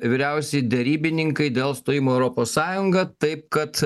vyriausieji derybininkai dėl stojimo į europos sąjungą taip kad